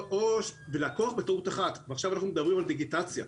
אנחנו מדברים עכשיו על דיגיטציה.